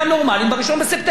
חבר הכנסת גפני,